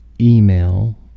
email